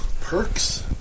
perks